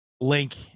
Link